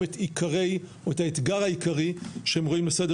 את עיקרי או את האתגר העיקרי שהם רואים בסדר